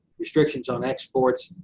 restrictions on exports,